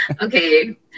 Okay